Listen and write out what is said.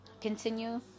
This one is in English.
continue